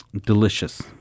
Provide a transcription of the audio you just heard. delicious